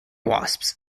wasps